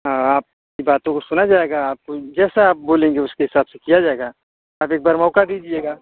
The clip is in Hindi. हाँ आपकी बातों को सुना जाएगा आप जैसा आप बोलेंगे उसके हिसाब से किया जाएगा आप एक बार मौका दीजिएगा